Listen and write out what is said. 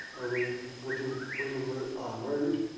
are we with you where you were murdered